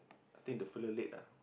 I think the fella late ah